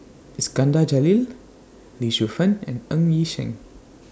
Iskandar Jalil Lee Shu Fen and Ng Yi Sheng